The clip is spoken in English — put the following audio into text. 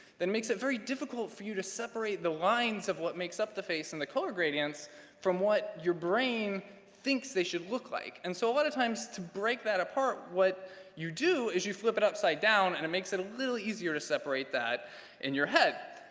that makes it very difficult for you to separate the lines of what makes up the face and the color gradients from what your brain thinks they should look like. and so a lot of times, to break that apart, what you do is you flip it upside down and it makes it a little easier to separate that in your head.